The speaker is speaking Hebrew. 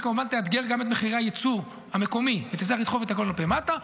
שכמובן תאתגר גם את מחירי הייצור המקומי ותצטרך לדחוף את הכול כלפי מטה.